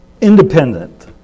independent